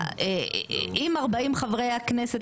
אם 40 חברי הכנסת,